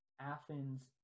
Athens